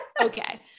okay